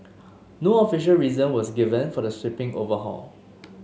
no official reason was given for the sweeping overhaul